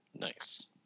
Nice